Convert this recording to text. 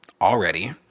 already